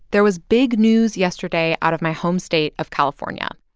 there was big news yesterday out of my home state of california.